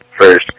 first